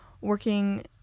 working